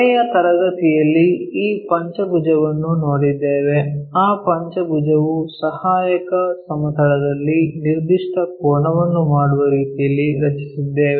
ಕೊನೆಯ ತರಗತಿಯಲ್ಲಿ ಈ ಪಂಚಭುಜವನ್ನು ನೋಡಿದ್ದೇವೆ ಆ ಪಂಚಭುಜವು ಸಹಾಯಕ ಸಮತಲದಲ್ಲಿ ನಿರ್ದಿಷ್ಟ ಕೋನವನ್ನು ಮಾಡುವ ರೀತಿಯಲ್ಲಿ ರಚಿಸಿದ್ದೇವೆ